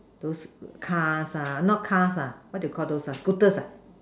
those cars ah not cars lah what do you Call those ah scooters ah